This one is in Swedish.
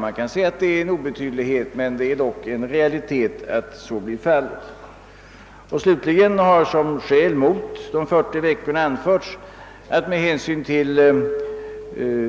Detta kan sägas vara en obetydlig detalj, men det är dock en realitet. Slutligen har såsom skäl mot ett läsår om 40 veckor anförts, att man med hänsyn till